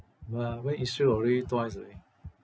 !wah! went israel already twice already